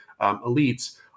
elites